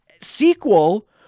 sequel